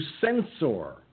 censor